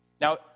Now